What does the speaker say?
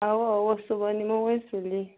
اَوا اَوا صُبحن یِمو وۅنۍ سُلی